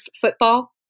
football